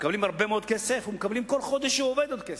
מקבלים הרבה מאוד כסף ומקבלים כל חודש שהוא עובד עוד כסף.